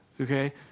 Okay